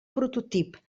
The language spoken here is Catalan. prototip